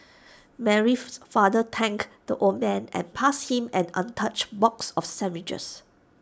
Mary's father thanked the old man and passed him an untouched box of sandwiches